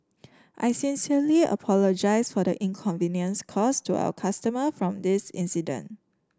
I sincerely apologise for the inconvenience caused to our customer from this incident